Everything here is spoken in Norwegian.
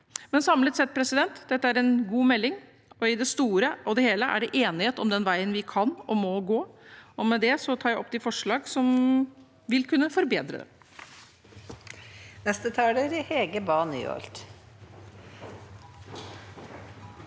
Men samlet sett: Dette er en god melding, og i det store og hele er det enighet om den veien vi kan og må gå. Med det tar jeg opp de forslag som vil kunne forbedre det.